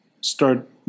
start